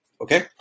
Okay